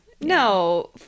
No